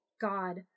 God